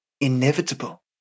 inevitable